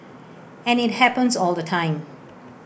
and IT happens all the time